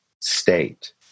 state